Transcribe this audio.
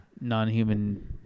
...non-human